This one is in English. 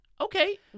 Okay